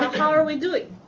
how are we doing?